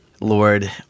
Lord